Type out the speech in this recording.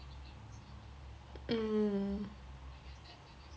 mm